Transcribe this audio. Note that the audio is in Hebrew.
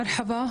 שלום,